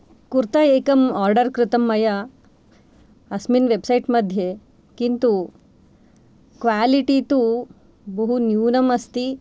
कुर्ता एकं आर्डर् कृतं मया अस्मिन् वेब्सैट् मध्ये किन्तु क्वालिटी तु बहु न्यूनम् अस्ति